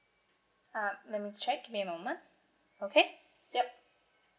ah let me check give me a moment okay yup